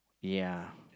ya